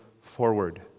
forward